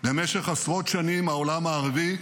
במשך עשרות שנים העולם הערבי,